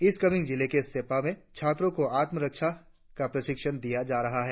east Kameng जिले के सेप्पा में छात्रों को आत्म रक्षा का प्रशिक्षण दिया जा रहा है